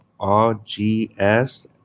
RGS